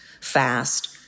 fast